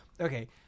okay –